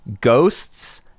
Ghosts